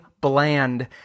Bland